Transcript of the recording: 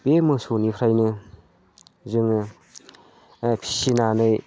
बे मोसौनिफ्रायनो जोङो फिसिनानै